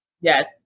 Yes